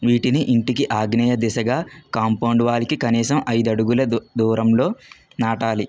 వీటిని ఇంటికి ఆగ్నేయ దిశగా కాంపౌండ్ వాల్కి కనీసం ఐదు అడుగుల దూ దూరంలో నాటాలి